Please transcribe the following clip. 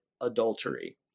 adultery